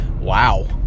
Wow